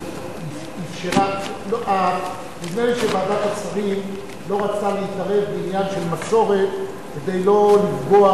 נדמה לי שוועדת השרים לא רצתה להתערב בעניין של מסורת כדי לא לפגוע,